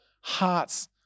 hearts